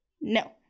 No